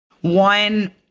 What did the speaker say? One